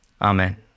Amen